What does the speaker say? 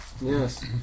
Yes